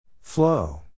Flow